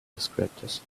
descriptors